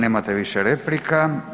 Nemate više replika.